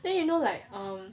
then you know like um